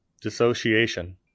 Dissociation